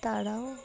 তারাও